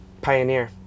Pioneer